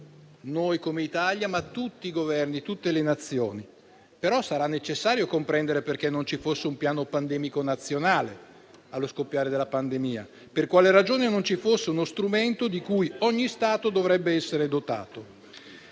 noi come Italia, ma tutti i Governi e tutte le nazioni. Però sarà necessario comprendere perché non ci fosse un piano pandemico nazionale allo scoppiare della pandemia; per quale ragione non ci fosse uno strumento di cui ogni Stato dovrebbe essere dotato.